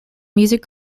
music